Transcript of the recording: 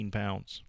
pounds